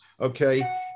Okay